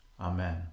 Amen